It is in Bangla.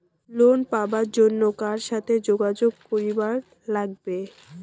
লোন পাবার জন্যে কার সাথে যোগাযোগ করিবার লাগবে?